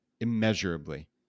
immeasurably